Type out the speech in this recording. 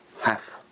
half